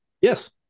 Yes